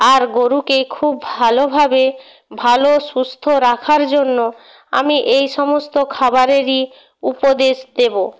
আর গোরুকে খুব ভালোভাবে ভালো সুস্থ রাখার জন্য আমি এই সমস্ত খাবারেরই উপদেশ দেবো